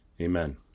Amen